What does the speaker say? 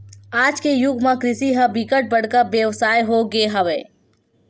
आज के जुग म कृषि ह बिकट बड़का बेवसाय हो गे हवय